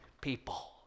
people